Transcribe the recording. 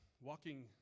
walking